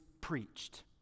preached